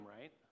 right